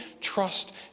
trust